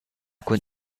cun